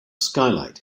skylight